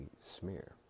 Smear